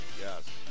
Yes